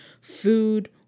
food